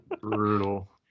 Brutal